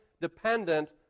dependent